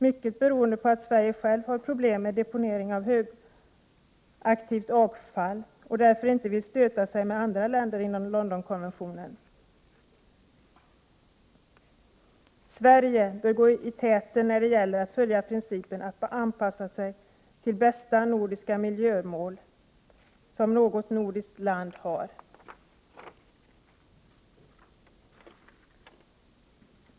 Mycket beror detta på att Sverige självt har problem med deponeringen av högaktivt avfall och därför inte vill stöta sig med andra länder inom Londonkonventionen. Sverige bör gå i täten när det gäller att följa principen att anpassa sig till bästa miljömål som något nordiskt land har.